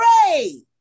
pray